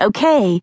Okay